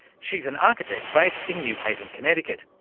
she's an architect based in new haven, connecticut,